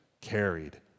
carried